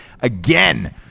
Again